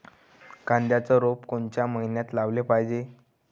कांद्याचं रोप कोनच्या मइन्यात लावाले पायजे?